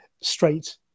straight